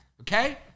Okay